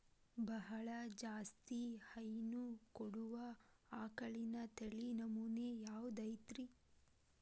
ಬಹಳ ಜಾಸ್ತಿ ಹೈನು ಕೊಡುವ ಆಕಳಿನ ತಳಿ ನಮೂನೆ ಯಾವ್ದ ಐತ್ರಿ?